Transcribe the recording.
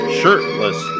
shirtless